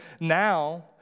Now